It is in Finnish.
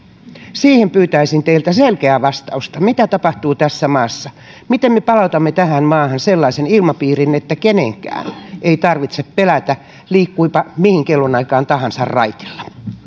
siihen pyytäisin teiltä selkeää vastausta mitä tapahtuu tässä maassa miten me palautamme tähän maahan sellaisen ilmapiirin että kenenkään ei tarvitse pelätä liikkuipa mihin kellonaikaan tahansa raitilla